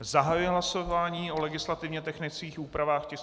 Zahajuji hlasování o legislativně technických úpravách k tisku 489.